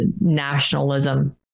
nationalism